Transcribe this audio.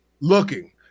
looking